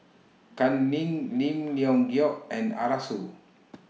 Kam Ning Lim Leong Geok and Arasu